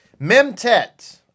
Memtet